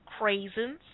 craisins